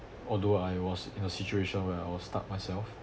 although I was in a situation where I was stuck myself